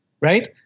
right